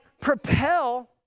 propel